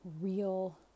real